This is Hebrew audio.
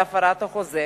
על הפרת החוזה,